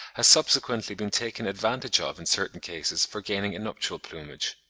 has subsequently been taken advantage of in certain cases for gaining a nuptial plumage.